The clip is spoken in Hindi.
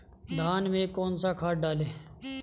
धान में कौन सा खाद डालें?